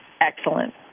Excellent